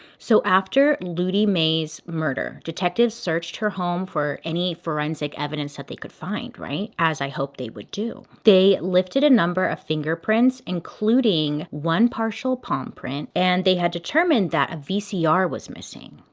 so after ludie mae's murder, detectives searched her home for any forensic evidence that they could find, right? as i hope they would do. they lifted a number of fingerprints, including one partial palm print, and they had determined a vcr was missing,